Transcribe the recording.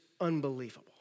unbelievable